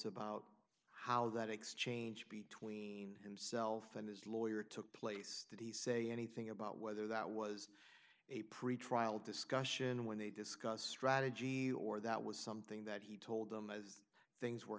about how that exchange between himself and his lawyer took place did he say anything about whether that was a pretrial discussion when they discuss strategy or that was something that he told them as things were